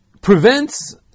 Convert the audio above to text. prevents